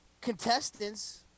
contestants